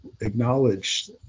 acknowledge